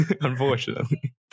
unfortunately